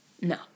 No